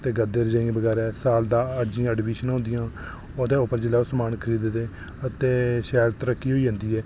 ते गद्दे रजाइयां बगैरा ते साल दा जि'यां एडमिशनां होंदियां बगैरा ओह्दे उप्पर जेल्लै ओह् समान खरीद दे न ते शैल तरक्की होई जंदी ऐ